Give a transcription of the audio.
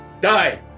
die